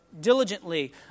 diligently